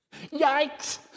Yikes